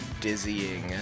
dizzying